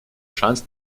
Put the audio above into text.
шанс